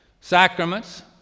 sacraments